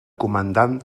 comandant